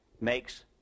makes